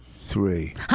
three